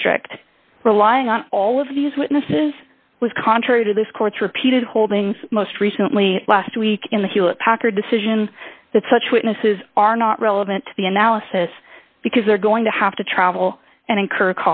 district relying on all of these witnesses was contrary to this court's repeated holdings most recently last week in the hewlett packard decision that such witnesses are not relevant to the analysis because they're going to have to travel and incur